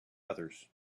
others